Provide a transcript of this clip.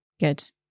Good